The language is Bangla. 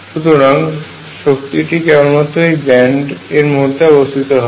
সুতরাং শক্তিটি কেবলমাত্র এই ব্যান্ড এর মধ্যে অবস্থিত হবে